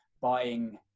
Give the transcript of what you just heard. buying